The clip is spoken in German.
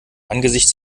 angesichts